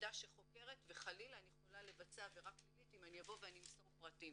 יחידה שחוקרת וחלילה אני יכולה לבצע עבירה פלילית אם אני אמסור פרטים.